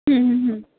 ਹਮ ਹਮ ਹਮ